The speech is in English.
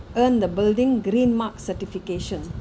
earn the building green mark certification